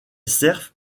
cerfs